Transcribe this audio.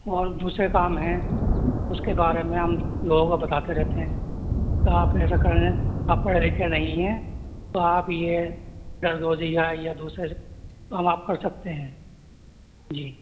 اور دوسرے کام ہیں اس کے بارے میں ہم لوگوں کو بتاتے رہتے ہیں تو آپ ایسا کریں آپ پڑھے لکھے نہیں ہیں تو آپ یہ دردوزی کا یا دوسرے کام آپ کر سکتے ہیں جی